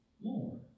more